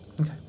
Okay